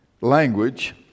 Language